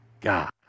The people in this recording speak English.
God